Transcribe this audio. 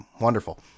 Wonderful